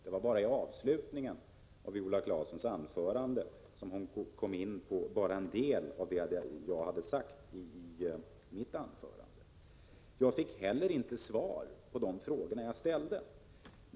Det var bara i slutet av sitt anförande som hon kom in på en del av det jag tog upp i mitt anförande. Jag fick inte heller svar på de frågor som jag ställde.